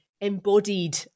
embodied